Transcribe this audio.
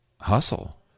Hustle